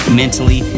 mentally